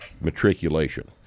matriculation